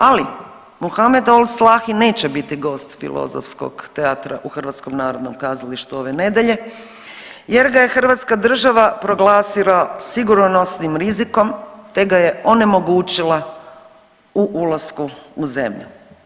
Ali Mohamedou Ould Slahi neće biti gost filozofskog teatra u HNK-u ove nedjelje jer ga je hrvatska država proglasila sigurnosnim rizikom, te ga je onemogućila u ulasku u zemlju.